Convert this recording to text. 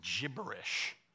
gibberish